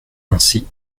ainsi